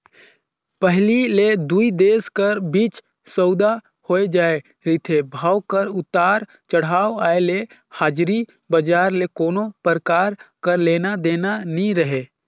पहिली ले दुई देश कर बीच सउदा होए जाए रिथे, भाव कर उतार चढ़ाव आय ले हाजरी बजार ले कोनो परकार कर लेना देना नी रहें